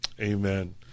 Amen